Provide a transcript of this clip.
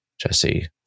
Jesse